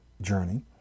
journey